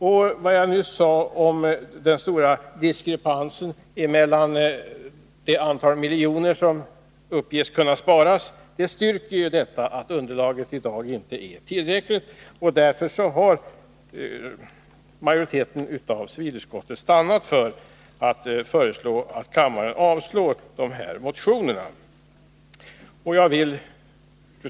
Det jag nyss sade om den stora diskrepansen i fråga om det antal miljoner som uppges kunna sparas styrker ju att underlaget i dag inte är tillräckligt. Därför har civilutskottets majoritet stannat för att föreslå att kammaren avslår motionerna. Fru talman!